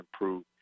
improve